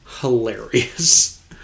Hilarious